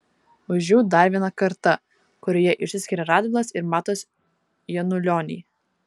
už jų dar viena karta kurioje išsiskiria radvilas ir matas janulioniai